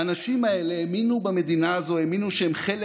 האנשים האלה האמינו במדינה הזו, האמינו שהם חלק